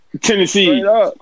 Tennessee